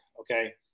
okay